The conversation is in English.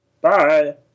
bye